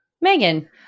Megan